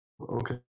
okay